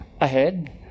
ahead